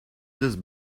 this